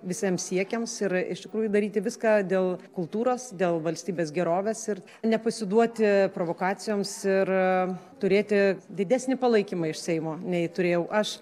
visiems siekiams ir iš tikrųjų daryti viską dėl kultūros dėl valstybės gerovės ir nepasiduoti provokacijoms ir turėti didesnį palaikymą iš seimo nei turėjau aš